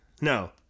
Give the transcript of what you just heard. No